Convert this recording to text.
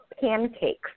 pancakes